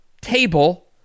table